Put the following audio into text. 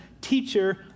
teacher